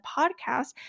Podcast